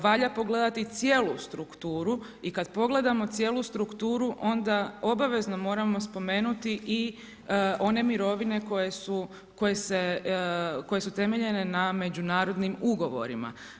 Valja pogledati cijelu strukturu i kad pogledamo cijelu strukturu onda obavezno moramo spomenuti i one mirovine koje su temeljene na međunarodnim ugovorima.